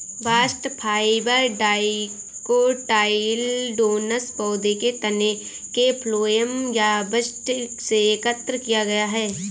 bast fibre dicotyledonous पौधों के तने के फ्लोएम या बस्ट से एकत्र किया गया है